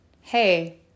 Hey